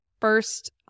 first